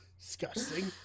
Disgusting